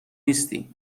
نیستی